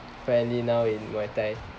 apparently now is muay thai